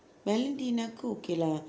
valentina okay lah